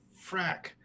frack